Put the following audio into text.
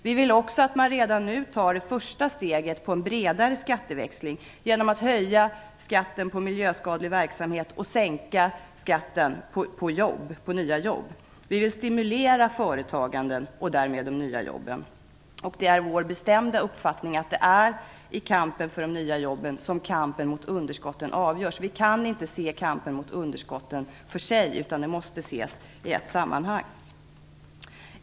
Vi vill också att man redan nu tar det första steget på en bredare skatteväxling genom att höja skatten på miljöskadlig verksamhet och sänka skatten på nya jobb. Vi vill stimulera företagande och därmed de nya jobben. Det är vår bestämda uppfattning att det är i kampen för de nya jobben som kampen mot underskotten avgörs. Man kan inte se kampen mot underskotten för sig, utan den måste ses i ett större sammanhang.